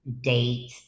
date